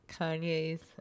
Kanye's